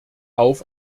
auf